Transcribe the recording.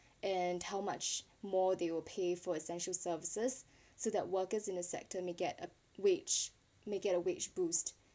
and how much more they will pay for essential services so that workers in the sector may get a wage may get a wage boost